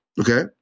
Okay